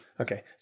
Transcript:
okay